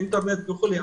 אינטרנט וכולי.